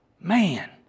Man